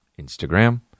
Instagram